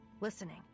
listening